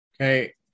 Okay